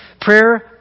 Prayer